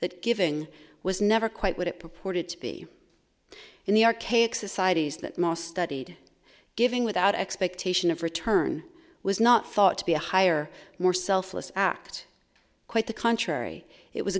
that giving was never quite what it purported to be in the archaic societies that most studied giving without expectation of return was not thought to be a higher more selfless act quite the contrary it was